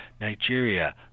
Nigeria